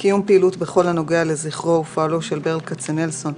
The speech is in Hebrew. קיום פעילות בכל הנוגע לזכרו ופועלו של ברל כצנלסון,